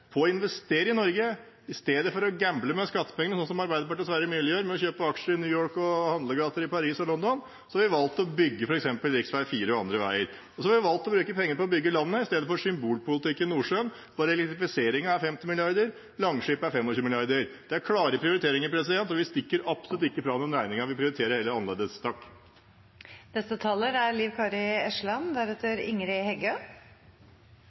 på å investere i Norge. I stedet for å gamble med skattepengene, som Arbeiderpartiet og Sverre Myrli gjør med å kjøpe aksjer i New York og handlegater i Paris og London, har vi valgt å bygge f.eks. rv. 4 og andre veier. Vi har også valgt å bruke penger på å bygge landet i stedet for symbolpolitikk i Nordsjøen – bare elektrifiseringen er på 50 mrd. kr, langskip 25 mrd. kr. Det er klare prioriteringer. Vi stikker absolutt ikke fra regningen, vi prioriterer heller annerledes. Eg er